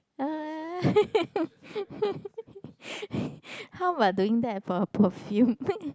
how about doing that for a perfume